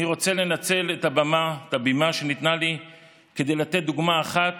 אני רוצה לנצל את הבמה שניתנה לי כדי לתת דוגמה אחת